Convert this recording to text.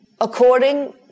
according